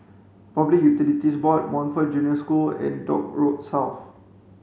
Public Utilities Board Montfort Junior School and Dock Road South